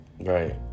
right